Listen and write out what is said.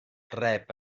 rep